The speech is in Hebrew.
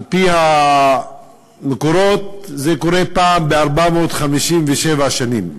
על-פי המקורות זה קורה פעם ב-457 שנים.